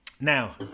Now